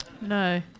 No